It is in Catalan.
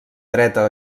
dreta